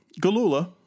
Galula